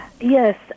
Yes